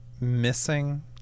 missing